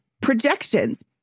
projections